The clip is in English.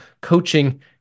coaching